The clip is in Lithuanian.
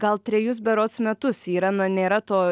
gal trejus berods metus yra na nėra to